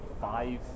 five